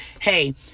Hey